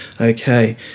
Okay